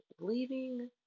leaving